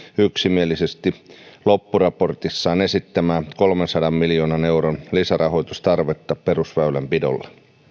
yksimielisesti loppuraportissaan esittämää kolmensadan miljoonan euron lisärahoitustarvetta perusväylänpidolle